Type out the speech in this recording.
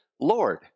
lord